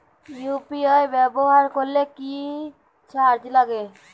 UPI ব্যবহার করলে কি চার্জ লাগে?